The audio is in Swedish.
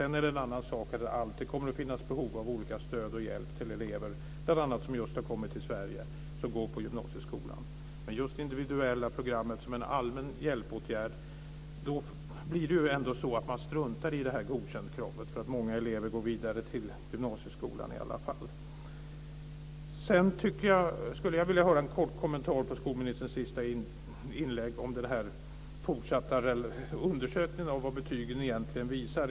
Sedan är det en annan sak att det alltid kommer att finnas behov av stöd och hjälp till elever, bl.a. till dem som just har kommit till Sverige som går på gymnasieskolan. Men om man har det individuella programmet som en allmän hjälpåtgärd blir det ändå så att man struntar i kravet på godkända betyg, eftersom många elever går vidare till gymnasieskolan i alla fall. Sedan skulle jag vilja höra en kort kommentar i skolministerns sista inlägg om den här fortsatta undersökningen av vad betygen egentligen visar.